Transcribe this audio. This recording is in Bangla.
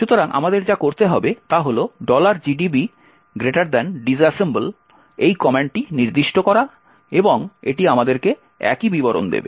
সুতরাং আমাদের যা করতে হবে তা হল gdb disassemble এই কমান্ডটি নির্দিষ্ট করা এবং এটি আমাদেরকে একই বিবরণ দেবে